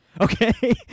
Okay